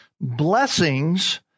Blessings